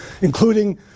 including